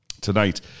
Tonight